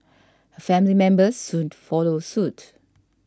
her family members soon followed suit